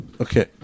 Okay